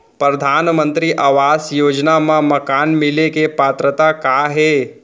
परधानमंतरी आवास योजना मा मकान मिले के पात्रता का हे?